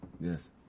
Yes